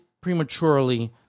prematurely